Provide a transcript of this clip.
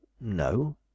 No